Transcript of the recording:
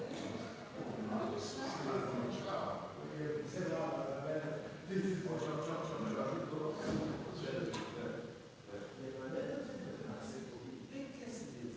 Hvala